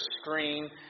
screen